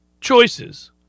choices